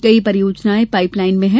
कई परियोजनाएं पाइपलाइन में हैं